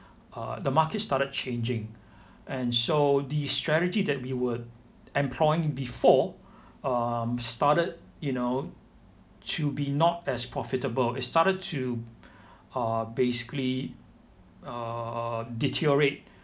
uh the market started changing and so the strategy that we would employing before um started you know to be not as profitable it started to uh basically err deteriorate